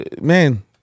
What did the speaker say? man